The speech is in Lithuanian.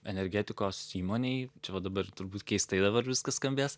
energetikos įmonėj va dabar turbūt keistai dabar viskas skambės